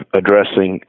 addressing